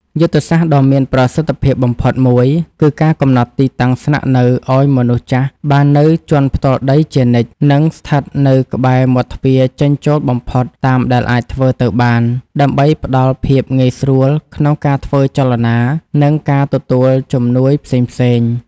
យុទ្ធសាស្ត្រដ៏មានប្រសិទ្ធភាពបំផុតមួយ គឺការកំណត់ទីតាំងស្នាក់នៅឱ្យមនុស្សចាស់បាននៅជាន់ផ្ទាល់ដីជានិច្ច និងស្ថិតនៅក្បែរមាត់ទ្វារចេញចូលបំផុតតាមដែលអាចធ្វើទៅបាន ដើម្បីផ្ដល់ភាពងាយស្រួលក្នុងការធ្វើចលនា និងការទទួលជំនួយផ្សេងៗ។